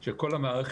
של כל המערכת,